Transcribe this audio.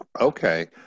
Okay